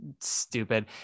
stupid